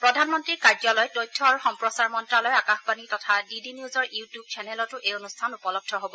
প্ৰাধনমন্ত্ৰীৰ কাৰ্যালয় তথ্য আৰু সম্প্ৰচাৰ মন্তালয় আকাশবাণী তথা ডি ডি নিউজৰ ইউটিউব চেনেলতো এই অনুষ্ঠান উপলব্ধ হব